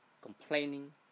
complaining